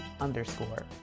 underscore